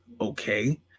okay